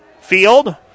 field